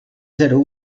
zero